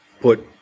put